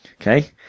Okay